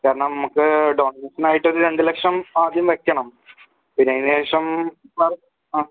കാരണം നമുക്ക് ഡൊണെഷൻ ആയിട്ട് ഒര് രണ്ട് ലക്ഷം ആദ്യം വെക്കണം പിന്നെ അതിന് ശേഷം